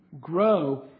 grow